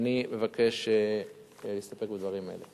אני מבקש להסתפק בדברים האלה.